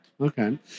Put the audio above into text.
Okay